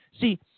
See